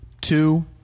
two